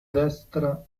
destra